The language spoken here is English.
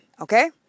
okay